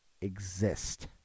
exist